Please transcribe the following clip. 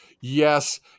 Yes